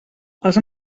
els